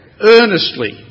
Earnestly